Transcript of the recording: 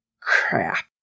crap